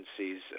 agencies